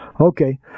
Okay